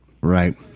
Right